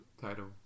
title